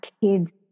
kids